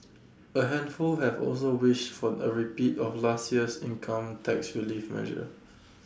A handful have also wish for A repeat of last year's income tax relief measure